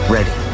Ready